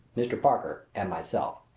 mr. parker and myself.